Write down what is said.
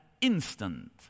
instant